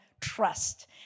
trust